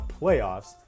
playoffs